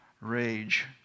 rage